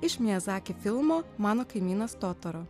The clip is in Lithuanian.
iš miazaki filmo mano kaimynas totoro